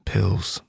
Pills